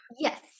Yes